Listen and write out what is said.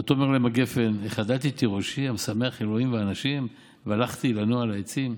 ותאמר להם הגפן החדלתי את תירושי המשמח ה' ואנשים והלכתי לנוע על העצים?